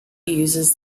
uses